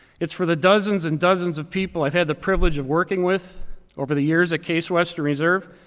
it's for the dozens and dozens of people i've had the privilege of working with over the years at case western reserve.